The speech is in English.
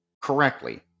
correctly